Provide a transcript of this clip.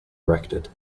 erected